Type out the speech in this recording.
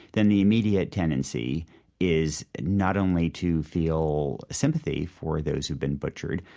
then the immediate tendency is not only to feel sympathy for those who've been butchered,